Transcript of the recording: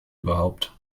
überhaupt